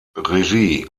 regie